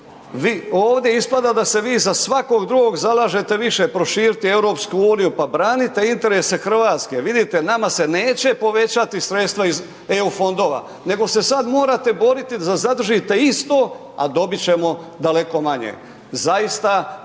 ovdje ispada da se vi za svakog drugog zalažete više proširiti EU, pa branite interese RH, vidite nama se neće povećati sredstva iz EU fondova, nego se sad morate boriti da zadržite isto, a dobit ćemo daleko manje, zaista